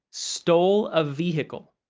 stole a vehicle.